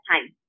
time